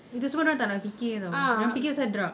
itu semua dia orang tak nak fikir [tau] yang fikir pasal drug